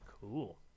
Cool